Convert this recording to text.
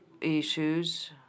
issues